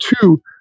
two